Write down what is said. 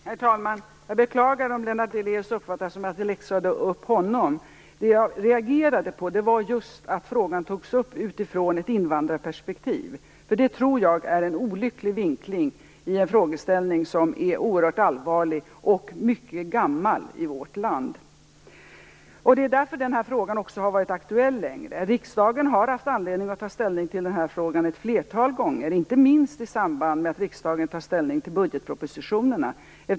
Herr talman! Jag beklagar om Lennart Daléus uppfattade det som att jag läxade upp honom. Jag reagerade på att frågan togs upp utifrån ett invandrarperspektiv. Det tror jag är en olycklig vinkling när det gäller en oerhört allvarlig frågeställning som är mycket gammal i vårt land. Den här frågan har också varit aktuell länge. Riksdagen har haft anledning att ta ställning till den ett flertal gånger, inte minst i samband med att riksdagen har tagit ställning till budgetpropositionerna.